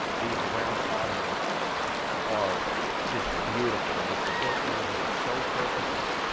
these round ottomans are just beautiful and they fit in here so perfectly.